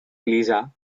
lisa